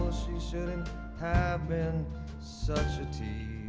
shouldn't have been such a tease